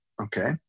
okay